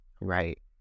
right